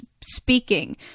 speaking